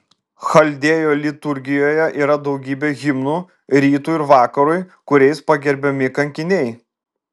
chaldėjų liturgijoje yra daugybė himnų rytui ir vakarui kuriais pagerbiami kankiniai